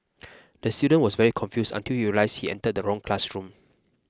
the student was very confused until realised he entered the wrong classroom